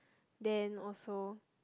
then also